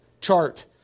chart